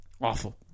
Awful